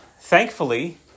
thankfully